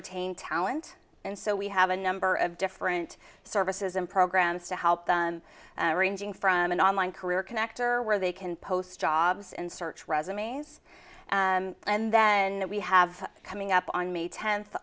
retain talent and so we have a number of different services and programs to help them ranging from an online career connector where they can post jobs and search resumes and then we have coming up on may ten